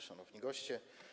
Szanowni Goście!